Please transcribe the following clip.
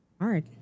Hard